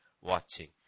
watching